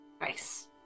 Nice